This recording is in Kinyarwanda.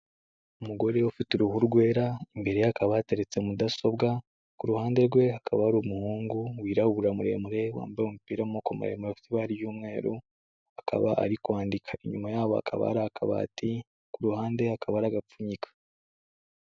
Umugore ufite uruhu rwera imbere ye hakaba yateretse mudasobwa, ku ruhande rwekaba ari umuhungu wirabura muremure wambaye umupira ariko muremure ufite ibara ry'umweru akaba ari kwandika inyuma yabo akaba ari akabati kuru ruhande akaba ari agapfunyika.